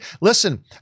Listen